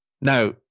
Now